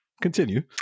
Continue